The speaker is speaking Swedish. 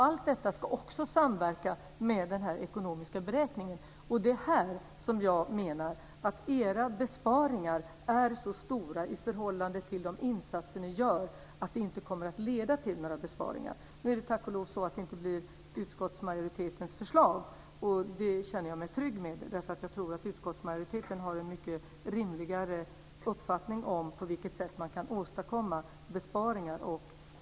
Allt detta ska också samverka med den ekonomiska beräkningen. Jag menar att era besparingar är så stora i förhållande till de insatser ni gör att det inte kommer att leda till några besparingar. Ert förslag är tack och lov inte utskottsmajoritetens förslag, och det känner jag mig trygg med. Jag tror att utskottsmajoriteten har en mycket rimligare uppfattning om på vilket sätt man kan åstadkomma besparingar.